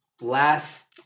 last